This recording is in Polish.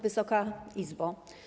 Wysoka Izbo!